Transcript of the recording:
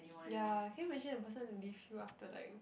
ya can you imagine the person leave you after like